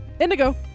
Indigo